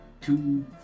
two